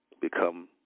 become